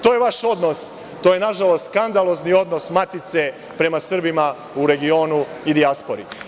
To je vaš odnos, to je nažalost skandalozni odnos matice prema Srbima u regionu i dijaspori.